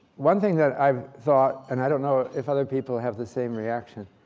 one thing that i've thought and i don't know if other people have the same reaction